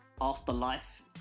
Afterlife